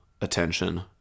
attention